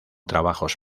trabajos